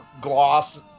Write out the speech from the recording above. gloss